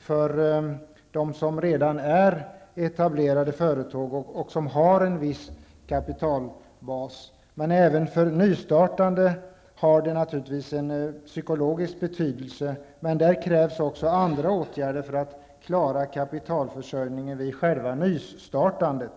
för dem som redan är etablerade och har en viss kapitalbas, men även för nystartande är det av psykologisk betydelse. Men där krävs också andra åtgärder för att klara kapitalförsörjningen vid själva startandet.